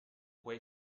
quei